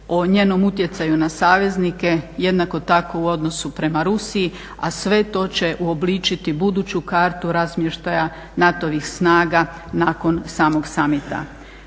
o njenom utjecaju na saveznike, jednako tako u odnosu prema Rusiji, a sve to će uobličiti buduću kartu razmještaja NATO-vih snaga nakon samog samita.